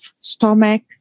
stomach